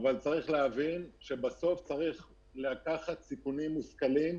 אבל צריך להבין שבסוף צריך לקחת סיכונים מושכלים.